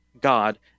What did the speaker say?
God